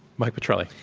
mike petrilli.